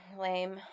Lame